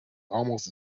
almost